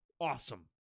awesome